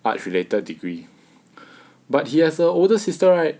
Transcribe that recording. arts related degree but he has a older sister right